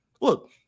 Look